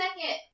second